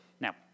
Now